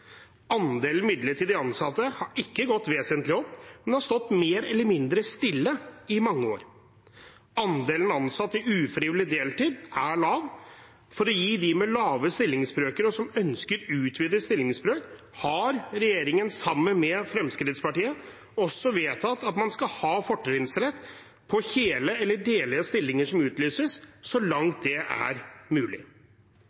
Andelen midlertidig ansatte har ikke gått vesentlig opp, men har stått mer eller mindre stille i mange år. Andelen ansatte i ufrivillig deltid er lav. For å gi dem med lave stillingsbrøker som ønsker utvidet stillingsbrøk, det, har regjeringen, sammen med Fremskrittspartiet, også vedtatt at man skal ha fortrinnsrett på heltids- og deltidsstillinger som utlyses, så